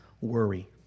worry